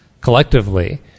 Collectively